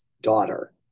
daughter